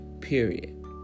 Period